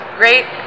great